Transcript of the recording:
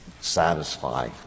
satisfy